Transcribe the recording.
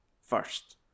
first